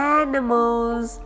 animals